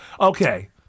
Okay